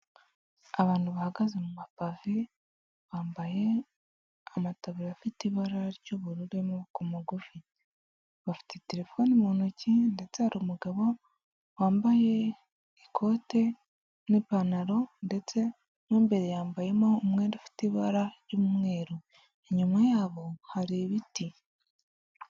Abantu bahagaze mu mapavi, bambaye amataburiya afite ibara ry'ubururu n'amoboko mugufi, bafite telefone mu ntoki, ndetse hari umugabo wambaye ikote, n'ipantaro ndetse mu imbere yambayemo umwenda ufite ibara ry'umweru, inyuma yabo hari ibiti.